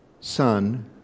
son